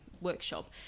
workshop